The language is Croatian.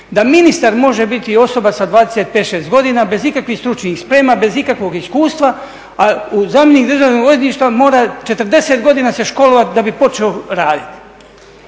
da ministar može biti osoba sa 20, pet, šest godina bez ikakvih stručnih sprema, bez ikakvog iskustva, a zamjenik državnog odvjetništva mora 40 godina se školovati da bi počeo raditi.